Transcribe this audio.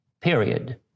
period